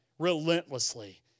relentlessly